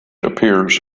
appears